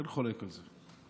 אין חולק על זה.